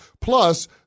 Plus